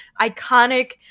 iconic